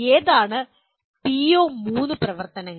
ഏതാണ് പിഒ3 പ്രവർത്തനങ്ങൾ